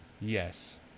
Yes